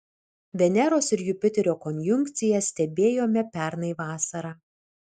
veneros ir jupiterio konjunkciją stebėjome pernai vasarą